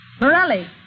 Morelli